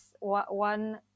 one